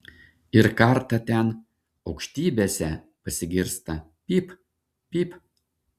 ir kartą ten aukštybėse pasigirsta pyp pyp